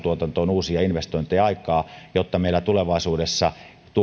uusia investointeja aikaan jotta meillä tulevaisuudessa